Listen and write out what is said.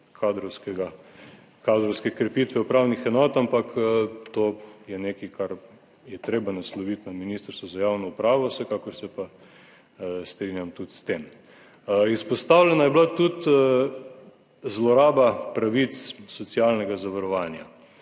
kadrovske krepitve upravnih enot, ampak to je nekaj, kar je treba nasloviti na Ministrstvo za javno upravo. Vsekakor se pa strinjam tudi s tem. Izpostavljena je bila tudi zloraba pravic socialnega zavarovanja.